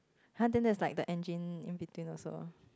!huh! then that's like the engine in between also